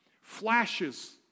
Flashes